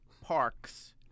parks